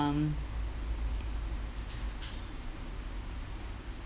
um